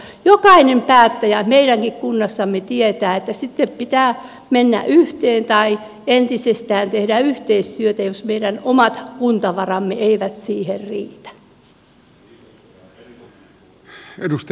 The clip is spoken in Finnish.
jokainen päättäjä meidänkin kunnassamme tietää että sitten pitää mennä yhteen tai entisestään lisätä yhteistyötä jos meidän omat kuntavaramme eivät siihen riitä